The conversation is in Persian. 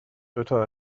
دوتا